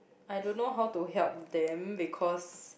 I don't know how to help them because